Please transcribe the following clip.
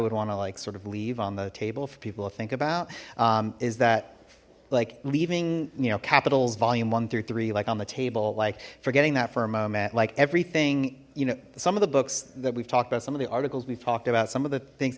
would want to like sort of leave on the table for people to think about is that like leaving you know capitals volume one through three like on the table like forgetting that for a moment like everything you know some of the books that we've talked about some of the articles we've talked about some of the things